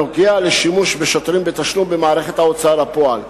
הנוגע לשימוש בשוטרים בתשלום במערכת ההוצאה לפועל.